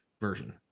version